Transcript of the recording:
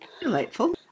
Delightful